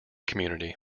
community